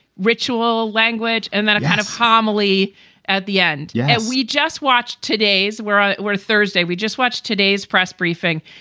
ritual language and that kind of homily at the end. yeah. we just watched today's where we're thursday. we just watch today's press briefing.